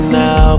now